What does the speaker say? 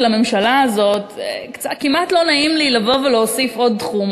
הממשלה כמעט לא נעים לי לבוא ולהוסיף עוד תחום,